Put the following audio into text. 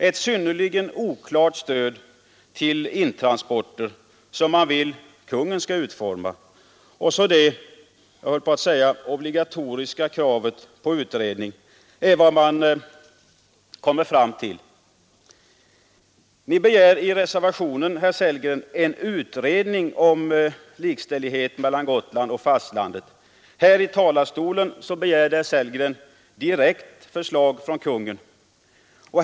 Ett synnerligen oklart stöd till intransporter, som man vill att Kungen skall utforma, och så det — jag höll på att säga obligatoriska — kravet på utredning är vad man kommit fram till. Ni begär i reservationen, herr Sellgren, en utredning om åtgärder för att skapa likställighet mellan Gotland och fastlandet. Här i talarstolen begärde herr Sellgren direkt förslag från Kungl. Maj:t.